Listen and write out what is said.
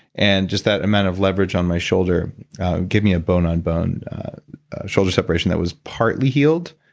and just that amount of leverage on my shoulder gave me a bone on bone shoulder separation that was partly healed.